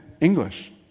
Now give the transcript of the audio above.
English